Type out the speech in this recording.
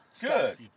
Good